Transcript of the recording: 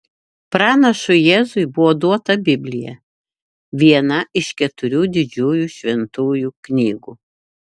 pranašui jėzui buvo duota biblija viena iš keturių didžiųjų šventųjų knygų